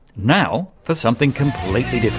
now for something completely